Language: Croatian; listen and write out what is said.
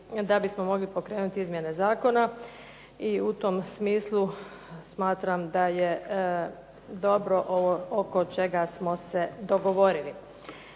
da bismo mogli pokrenuti izmjene zakona. I u tom smislu smatram da je dobro ovo oko čega smo se dogovorili.